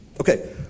Okay